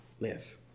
live